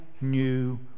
new